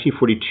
1942